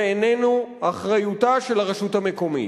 זה איננו באחריותה של הרשות המקומית.